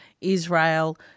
Israel